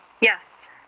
Yes